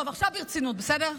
עכשיו ברצינות, בסדר?